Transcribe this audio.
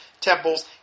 temples